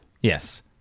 Yes